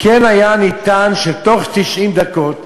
כן אפשר בתוך 90 דקות,